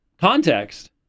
context